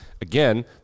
again